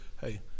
hey